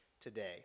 today